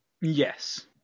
Yes